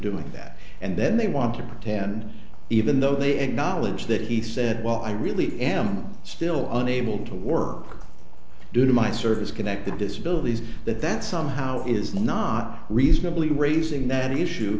doing that and then they want to pretend even though they acknowledge that he said well i really am still unable to work due to my service connected disability that that somehow is not reasonably raising that issue